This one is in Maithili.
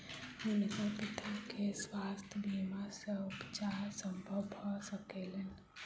हुनकर पिता के स्वास्थ्य बीमा सॅ उपचार संभव भ सकलैन